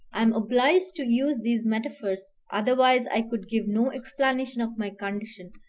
i am obliged to use these metaphors, otherwise i could give no explanation of my condition,